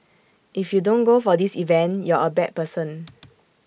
if you don't go for this event you're A bad person